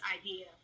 idea